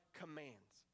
commands